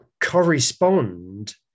correspond